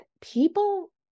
people